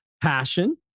passion